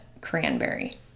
cranberry